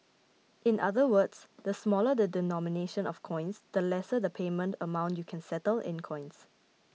in other words the smaller the denomination of coins the lesser the payment amount you can settle in coins